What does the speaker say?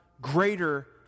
greater